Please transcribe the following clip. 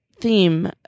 theme